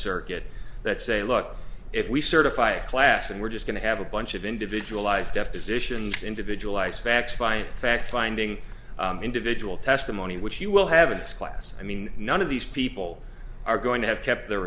circuit that say look if we certify a class and we're just going to have a bunch of individualized depositions individualized facts science fact finding individual testimony which you will have it's class i mean none of these people are going to have kept their